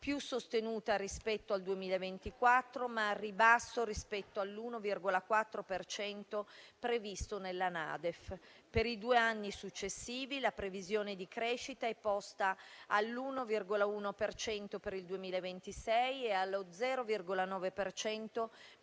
più sostenuta rispetto al 2024, ma al ribasso rispetto all'1,4 per cento previsto nella NADEF. Per i due anni successivi, la previsione di crescita è posta all'1,1 per cento per il 2026 e allo 0,9